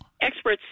Experts